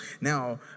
Now